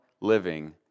living